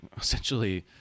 essentially